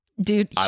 Dude